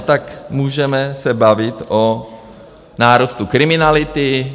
Tak můžeme se bavit o nárůstu kriminality.